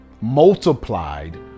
multiplied